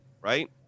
right